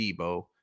Debo